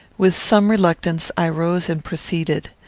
with some reluctance i rose and proceeded.